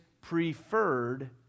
preferred